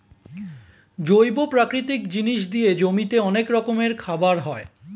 জৈব প্রাকৃতিক জিনিস দিয়ে জমিতে অনেক রকমের খাবার হয়